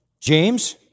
James